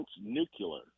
nuclear